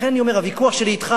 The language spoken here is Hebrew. לכן אני אומר, הוויכוח שלי אתך